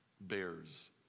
bears